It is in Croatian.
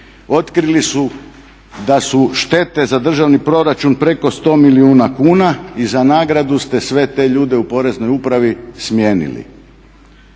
otkrili su da su štete za državni proračun preko 100 milijuna kuna i za nagradu ste sve te ljude u poreznoj upravi smijenili.